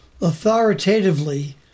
authoritatively